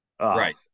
right